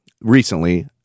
recently